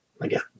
again